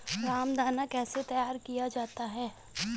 रामदाना कैसे तैयार किया जाता है?